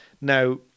Now